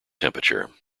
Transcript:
temperature